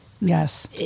Yes